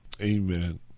amen